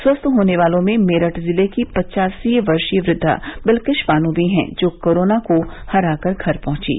स्वस्थ होने वालों में मेरठ जिले की पच्चासी वर्षीय वृद्वा बिल्किश बानो भी हैं जो कोरोना को हराकर घर पहुंचीं